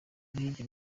indi